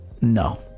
No